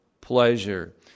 pleasure